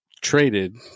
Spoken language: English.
traded